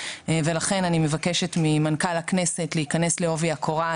ולכן אני מבקשת ממנכ"ל הכנסת להיכנס לעובי הקורה,